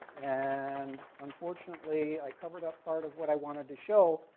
and unfortunately, i covered up part of what i wanted to show,